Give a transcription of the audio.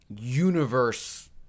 universe